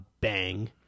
bang